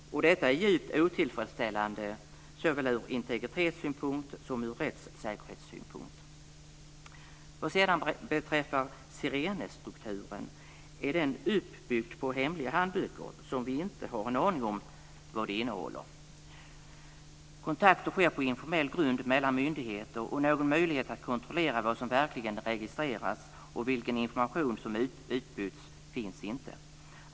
Detta är djupt otillfredsställande såväl ur integritetssynpunkt som ur rättssäkerhetssynpunkt. Vad sedan beträffar Sirenestrukturen är den uppbyggd på hemliga handböcker som vi inte har en aning om vad de innehåller. Kontakter sker på informell grund mellan myndigheter, och någon möjlighet att kontrollera vad som verkligen registrerats och vilken information som utbyts finns inte.